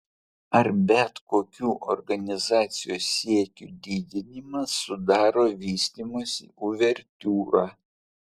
ar bet kokių organizacijos siekių didinimas sudaro vystymosi uvertiūrą